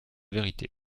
verité